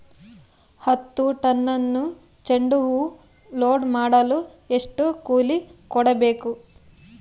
ಹತ್ತು ಟನ್ನಷ್ಟು ಚೆಂಡುಹೂ ಲೋಡ್ ಮಾಡಲು ಎಷ್ಟು ಕೂಲಿ ಕೊಡಬೇಕು?